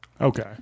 Okay